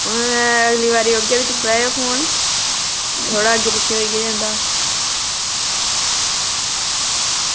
अगली बारी ओगेओ ते चुक्की लैयो फोन थोह्ड़ा अग्गें पिच्छें होई गै जंदा